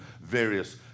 various